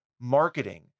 marketing